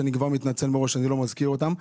ואני כבר מתנצל מראש שאני לא מזכיר אותן.